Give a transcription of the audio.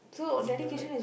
is like that